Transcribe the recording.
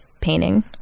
painting